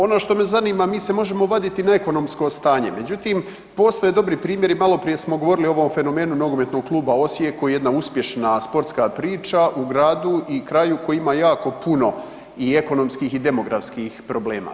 Ono što me zanima, mi se možemo vaditi na ekonomsko stanje međutim postoje dobri primjeri, maloprije smo govorili o ovom fenomenu NK Osijek koji je jedna uspješna sportska priča u gradu i kraju koji ima jako puno i ekonomskih i demografskih problema.